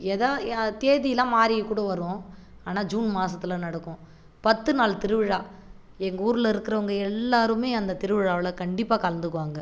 எதா தேதிலாம் மாறியும் கூட வரும் ஆனால் ஜூன் மாதத்துல நடக்கும் பத்து நாள் திருவிழா எங்கள் ஊரில் இருக்குறவங்க எல்லாருமே அந்த திருவிழாவில் கண்டிப்பாக கலந்துக்குவாங்க